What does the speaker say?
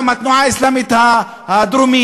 גם התנועה האסלאמית הדרומית,